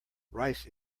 rice